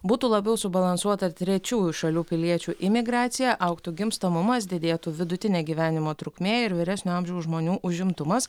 būtų labiau subalansuota trečiųjų šalių piliečių imigracija augtų gimstamumas didėtų vidutinė gyvenimo trukmė ir vyresnio amžiaus žmonių užimtumas